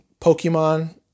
pokemon